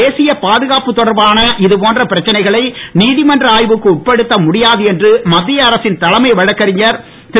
தேசிய பாதுகாப்பு தொடர்பான இதுபோன்ற பிரச்சனைகளை நீதிமன்ற ஆய்வுக்கு உட்படுத்த முடியாது என்று மத்திய அரசின் தலைமை வழக்கறிஞர் திரு